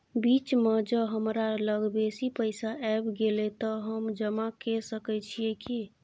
बीच म ज हमरा लग बेसी पैसा ऐब गेले त हम जमा के सके छिए की?